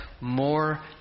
more